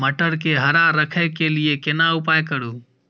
मटर के हरा रखय के लिए केना उपाय करू?